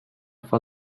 for